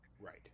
Right